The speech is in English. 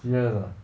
serious ah